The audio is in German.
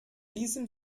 diesem